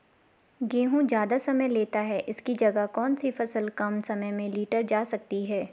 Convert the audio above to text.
गेहूँ ज़्यादा समय लेता है इसकी जगह कौन सी फसल कम समय में लीटर जा सकती है?